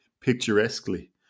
picturesquely